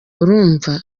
urumva